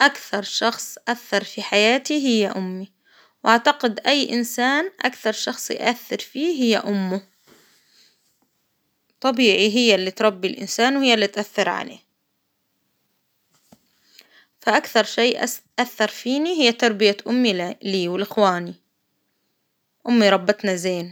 أكثر شخص أثر في حياتي هي أمي، وأعتقد أي إنسان أكثر شخص يؤثر فيه هي أمه، طبيعي هي اللي تربي الإنسان وهي اللي تأثر عليه، فأكثر شي أث- أثر فيني، هي تربية أمي لي ولإخواني أمي ربتنا زين.